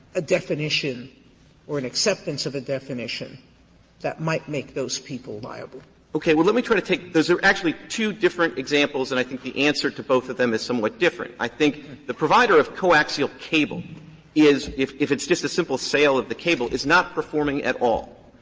a definition or an acceptance of a definition that might make those people liable? clement okay. well, let me try to take those are actually two different examples, and i think the answer to both of them is somewhat different. i think the provider of coaxial cable is if if it's just a simple sale of the cable is not performing at all.